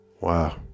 Wow